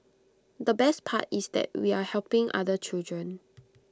the best part is that we are helping other children